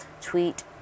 tweet